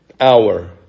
hour